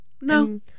No